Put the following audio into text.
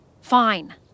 Fine